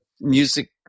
music